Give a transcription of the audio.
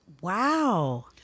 wow